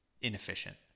inefficient